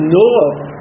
north